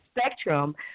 spectrum